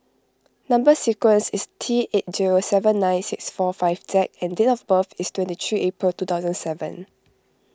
Number Sequence is T eight zero seven nine six four five Z and date of birth is twenty three April two thousand and seven